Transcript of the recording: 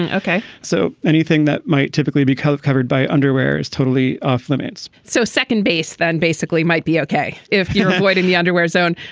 and okay. so anything that might typically be color covered by underwear is totally off limits so second base then basically might be ok if you're flight in the underwear zone,